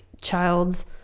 child's